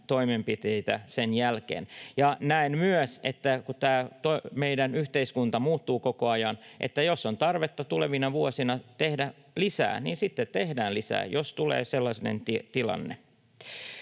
toimenpiteitä. Näen myös, kun tämä meidän yhteiskunta muuttuu koko ajan, että jos on tarvetta tulevina vuosina tehdä lisää, niin sitten tehdään lisää, jos tulee sellainen tilanne.